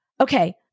okay